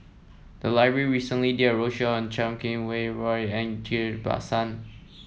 the library recently did a roadshow on Chan Kum Wah Roy and Ghillie Basan